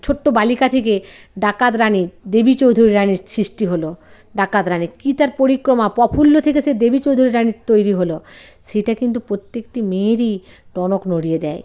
ছোট্টো বালিকা থেকে ডাকাত রানী দেবী চৌধুরানীর সৃষ্টি হলো ডাকাত রানীর কী তার পরিক্রমা প্রফুল্ল থেকে সে দেবী চৌধুরানী তৈরি হলো সেইটা কিন্তু প্রত্যেকটি মেয়েরই টনক নড়িয়ে দেয়